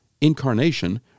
Incarnation